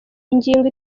ingingo